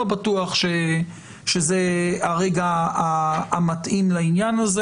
לא בטוח שזה הרגע המתאים לעניין הזה.